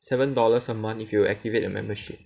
seven dollars a month if you activate a membership